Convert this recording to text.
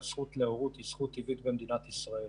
שהזכות להורות היא זכות טבעית במדינת ישראל.